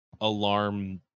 alarm